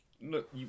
Look